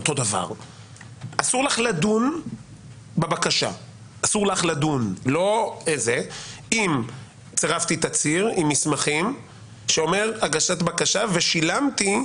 אסור לך לדון בבקשה אם צירפתי תצהיר עם מסמכים שאומר הגשת בקשה ושילמתי